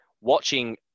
watching